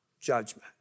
judgment